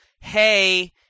hey